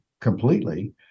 completely